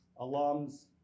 alums